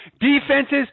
Defenses